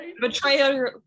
betrayal